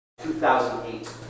2008